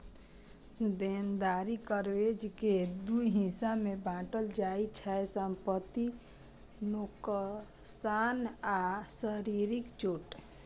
देनदारी कवरेज कें दू हिस्सा मे बांटल जाइ छै, संपत्तिक नोकसान आ शारीरिक चोट